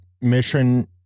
mission